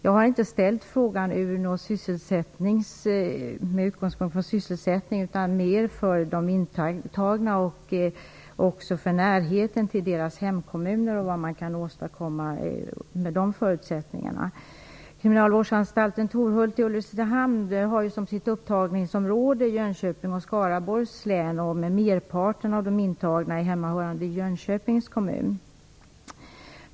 Jag har inte ställt frågan med utgångspunkt från sysselsättningen utan mer med tanke på de intagna och betydelsen av närheten mellan anstalten och de intagnas hemkommuner och vad man kan åstadkomma med de förutsättningarna. Kriminalvårdsanstalten Torhult i Ulricehamn har som sitt upptagningsområde Jönköpings och Skaraborgs län. Merparten av de intagna är hemmahörande i Jönköpings kommun.